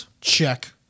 Check